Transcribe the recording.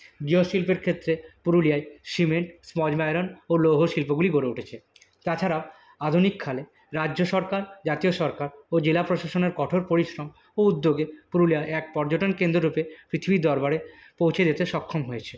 জিও শিল্পের ক্ষেত্রে পুরুলিয়ায় সিমেন্ট স্পঞ্জ আয়রন ও লৌহ শিল্পগুলি গড়ে উঠেছে তাছাড়াও আধুনিক কালে রাজ্য সরকার জাতীয় সরকার ও জেলা প্রশাসনের কঠোর পরিশ্রম ও উদ্যোগে পুরুলিয়া এক পর্যটন কেন্দ্র রূপে পৃথিবীর দরবারে পৌঁছে যেতে সক্ষম হয়েছে